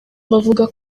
bavuga